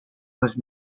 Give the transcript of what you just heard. was